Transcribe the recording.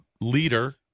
leader